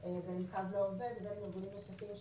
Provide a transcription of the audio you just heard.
באופן מדויק ולא להסתמך רק על הזיכרון שלי,